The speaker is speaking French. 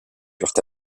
furent